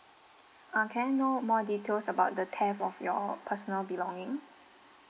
uh can I know more details about the theft of your personal belonging